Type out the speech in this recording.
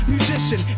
Musician